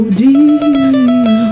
deep